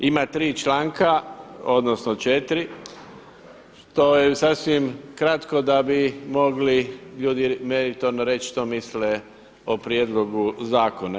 Ima tri članka, odnosno četiri što je sasvim kratko da bi mogli ljudi meritorno reći što misle o prijedlogu zakona.